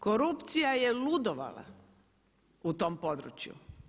Korupcija je ludovala u tom području.